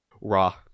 Raw